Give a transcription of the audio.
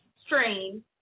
stream